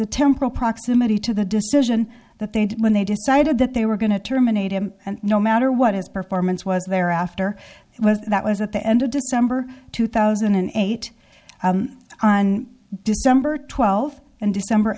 a temporal proximity to the decision that they did when they decided that they were going to terminate him and no matter what his performance was there after it was that was at the end of december two thousand and eight on december twelfth and december